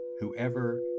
whoever